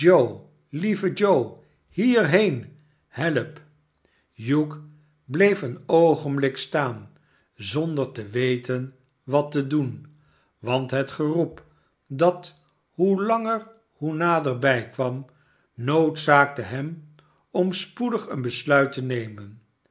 lieve joe hierheen help hugh bleef een oogenblik staan zonder te weten wat te doen want het geroep dat hoe langer hoe naderbij kwam noodzaakte hem om spoedig een besluit te nemen